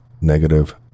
negative